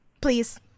please